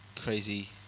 crazy